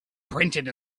printed